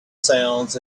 sounds